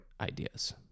ideas